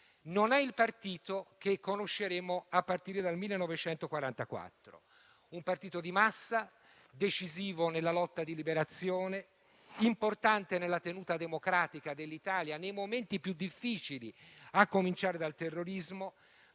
Non è il partito che conosceremo a partire dal 1944, un partito di massa, decisivo nella lotta di liberazione, importante nella tenuta democratica dell'Italia nei momenti più difficili, a cominciare dal terrorismo,